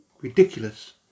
ridiculous